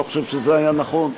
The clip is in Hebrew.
אני לא חושב שזה היה נכון.